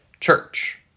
church